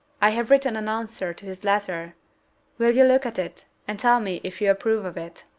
i have written an answer to his letter will you look at it, and tell me if you approve of it?